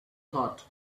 thought